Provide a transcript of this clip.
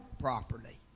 properly